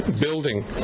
building